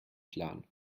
plan